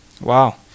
Wow